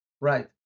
Right